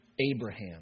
Abraham